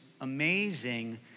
amazing